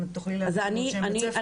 אם תוכלי להעביר לנו את שם בית הספר.